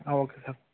ಹಾಂ okay sir